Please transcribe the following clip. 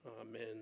Amen